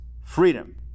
freedom